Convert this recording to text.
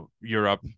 Europe